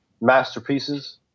masterpieces